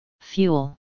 Fuel